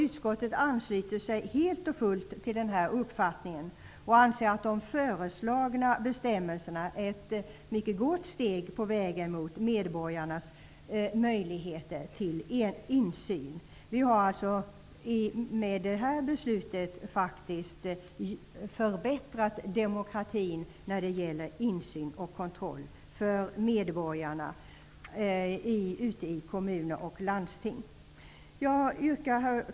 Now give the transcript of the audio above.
Utskottet ansluter sig helt och fullt till den uppfattningen och anser att föreslagna bestämmelser är ett mycket gott steg på vägen beträffande medborgarnas möjligheter till insyn. Vi har med detta beslut faktiskt förbättrat demokratin när det gäller insyn och kontroll för medborgarna ute i kommuner och landsting. Herr talman!